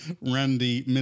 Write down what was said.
Randy